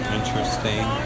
Interesting